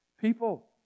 people